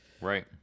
right